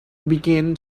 began